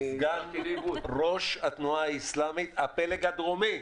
ראש התנועה האיסלאמית, הפלג הדרומי.